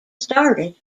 started